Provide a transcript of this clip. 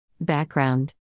Background